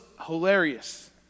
hilarious